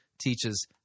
teaches